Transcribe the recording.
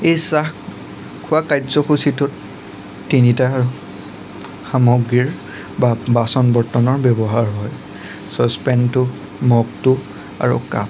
সেই চাহ খোৱা কাৰ্যসূচীটোত তিনিটা সামগ্ৰীৰ বাচন বৰ্তনৰ ব্যৱহাৰ হয় চচপেনটো মগটো আৰু কাপটো